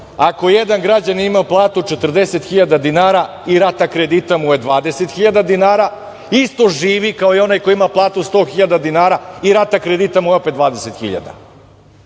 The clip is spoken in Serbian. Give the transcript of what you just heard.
ako jedan građanin ima platu 40.000 dinara i rata kredita mu je 20.000 dinara, isto živi kao onaj koji ima platu 100.000 dinara, rata kredita mu je opet 20.000.